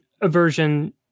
aversion